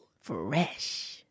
Fresh